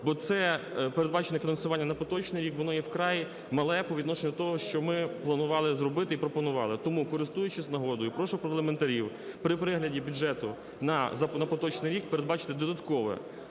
бо це передбачене фінансування на поточний рік, воно є вкрай мале по відношенню до того, що ми планували зробити і пропонували. Тому, користуючись нагодою, прошу парламентарів при перегляді бюджеті на поточний рік передбачити додаткове